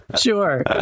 Sure